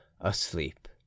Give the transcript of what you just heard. asleep